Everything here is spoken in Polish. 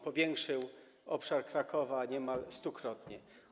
Powiększył on obszar Krakowa niemal stukrotnie.